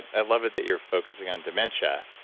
i love it that you're focusing on dementia.